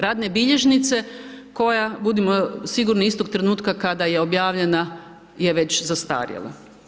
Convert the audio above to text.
Radne bilježnice koja, budimo sigurni istog trenutka kada je objavljena je već zastarjela.